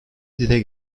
dile